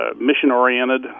mission-oriented